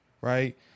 right